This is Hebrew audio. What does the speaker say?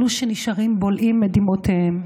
אלו שנשארים בולעים את דמעותיהם.